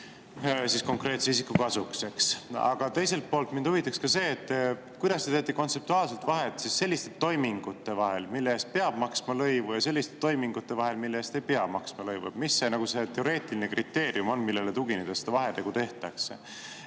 eest konkreetse isiku kasuks. Aga teiselt poolt mind huvitaks see, et kuidas te teete kontseptuaalselt vahet selliste toimingute vahel, mille eest peab maksma lõivu, ja selliste toimingute vahel, mille eest ei pea maksma lõivu. Mis see teoreetiline kriteerium on, millele tuginedes seda vahetegu tehakse?